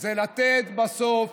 -- זה לתת בסוף